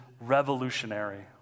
revolutionary